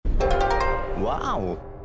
Wow